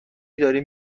داریم